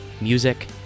music